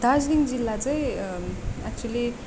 दार्जिलिङ जिल्ला चाहिँ एक्चुअल्ली